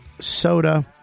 Soda